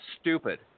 stupid